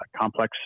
complex